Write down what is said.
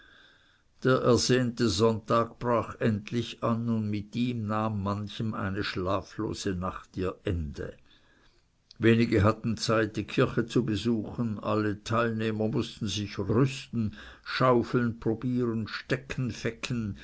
der ersehnte sonntag brach endlich an und mit ihm nahm manchem eine schlaflose nacht ihr ende wenige hatten zeit die kirche zu besuchen alle teilnehmer mußten sich rüsten schaufeln probieren